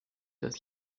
das